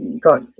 got